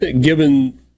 given